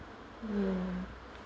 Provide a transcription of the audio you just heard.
mm